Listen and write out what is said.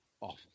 Awful